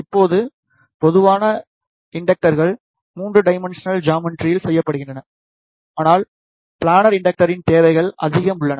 இப்போது பொதுவாக இண்டக்டர்கள் 3 டைமென்ஷனல் ஜாமெட்ரியில் செய்யப்படுகின்றன ஆனால் ப்லனர் இண்டக்டரின் தேவைகள் அதிகம் உள்ளன